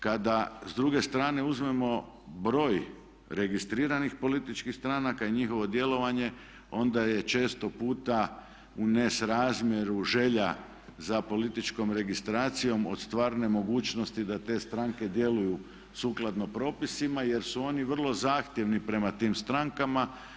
Kada s druge strane uzmemo broj registriranih političkih stranaka i njihovo djelovanje onda je često puta u nesrazmjeru želja za političkom registracijom od stvarne mogućnosti da te stranke djeluju sukladno propisima jer su oni vrlo zahtjevni prema tim strankama.